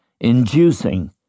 inducing